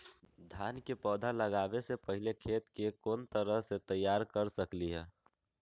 धान के पौधा लगाबे से पहिले खेत के कोन तरह से तैयार कर सकली ह?